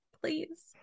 Please